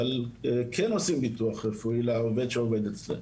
אבל כן עושים ביטוח רפואי לעובד שעובד אצלם.